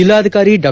ಜಲ್ಲಾಧಿಕಾರಿ ಡಾ